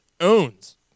owns